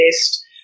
best